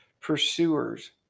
pursuers